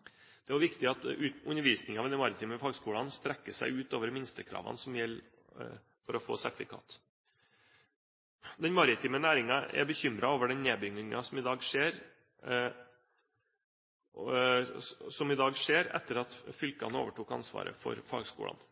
Det er også viktig at undervisningen ved de maritime fagskolene strekker seg utover minstekravene som gjelder for å få sertifikat. Den maritime næringen er bekymret over den nedbyggingen som i dag skjer etter at fylkene overtok ansvaret for fagskolene. Vi mener at selv om fagskolene